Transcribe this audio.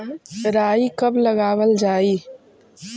राई कब लगावल जाई?